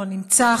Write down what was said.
לא נמצא,